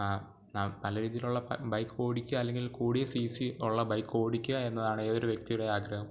നല്ല രീതിയിലുള്ള ബൈക്ക് ഓടിക്കുക അല്ലെങ്കിൽ കൂടിയ സി സി ഉള്ള ബൈക്ക് ഓടിക്കുക എന്നതാണ് ഏതൊരു വ്യക്തിയുടെയും ആഗ്രഹം